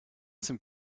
some